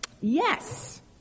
yes